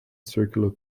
circular